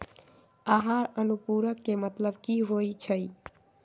आहार अनुपूरक के मतलब की होइ छई?